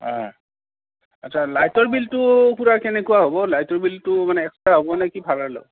আচ্ছা লাইটৰ বিলটো খুড়া কেনেকুৱা হ'ব লাইটৰ বিলটো মানে এক্সট্ৰা হ'ব নে কি ভাড়াৰ ল